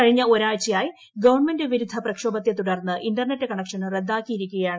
കഴിഞ്ഞ ഒരാഴ്ചയായി ഗവൺമെന്റ് വിരുദ്ധ പ്രക്ഷോഭത്തെത്തുടർന്ന് ഇന്റർനെറ്റ് കണക്ഷ്ട്രൻ റദ്ദാക്കിയിരിക്കുകയാണ്